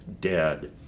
dead